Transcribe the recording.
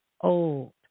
old